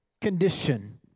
condition